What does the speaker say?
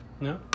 No